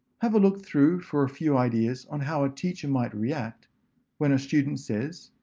have a look through for a few ideas on how a teacher might react when a student says,